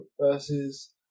versus